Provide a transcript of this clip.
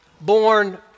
born